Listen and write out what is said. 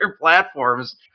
platforms